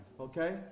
okay